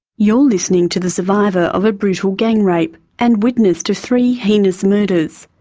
you're listening to the survivor of a brutal gang rape, and witness to three heinous murders.